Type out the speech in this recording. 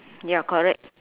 ya correct